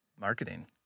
marketing